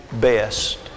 best